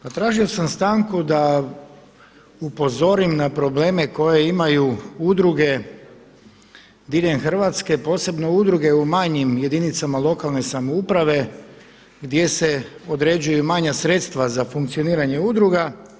Pa tražio sam stanku da upozorim na probleme koje imaju udruge diljem Hrvatske, posebno udruge u manjim jedinicama lokalne samouprave gdje se određuju manja sredstva za funkcioniranje udruga.